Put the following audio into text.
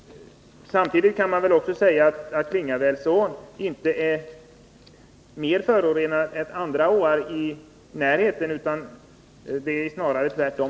Samtidigt kan jag också säga att Klingavälsån inte är mer förorenad än andra åar i närheten, snarare tvärtom.